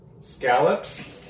Scallops